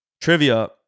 trivia